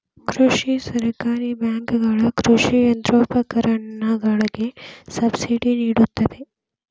ಕೃಷಿ ಸಹಕಾರಿ ಬ್ಯಾಂಕುಗಳ ಕೃಷಿ ಯಂತ್ರೋಪಕರಣಗಳಿಗೆ ಸಬ್ಸಿಡಿ ನಿಡುತ್ತವೆ